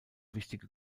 wichtige